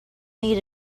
made